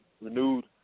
renewed